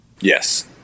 Yes